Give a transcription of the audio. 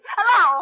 Hello